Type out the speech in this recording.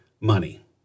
money